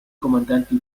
comandanti